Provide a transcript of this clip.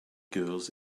girls